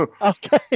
Okay